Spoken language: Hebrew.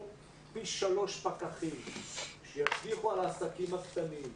פי שלושה פקחים שישגיחו על העסקים הקטנים,